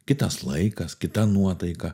kitas laikas kita nuotaika